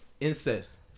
incest